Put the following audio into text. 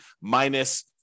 minus